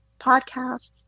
podcasts